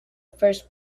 first